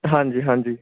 ਹਾਂਜੀ ਹਾਂਜੀ